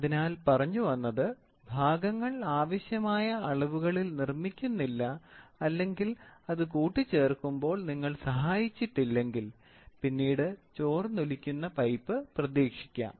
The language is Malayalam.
അതിനാൽ പറഞ്ഞു വന്നത് ഭാഗങ്ങൾ ആവശ്യമായ അളവുകളിൽ നിർമ്മിക്കുന്നില്ല അല്ലെങ്കിൽ അത് കൂട്ടിച്ചേർക്കുമ്പോൾ നിങ്ങൾ സഹായിച്ചിട്ടില്ലെങ്കിൽ പിന്നീട് ചോർന്നൊലിക്കുന്ന പൈപ്പ് പ്രതീക്ഷിക്കാം